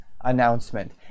Announcement